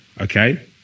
okay